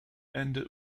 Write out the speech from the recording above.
ended